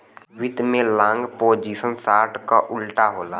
वित्त में long position short क उल्टा होला